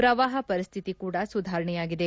ಪ್ರವಾಹ ಪರಿಸ್ಥಿತಿ ಕೂಡ ಸುಧಾರಣೆಯಾಗಿದೆ